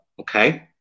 Okay